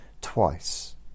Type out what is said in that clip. twice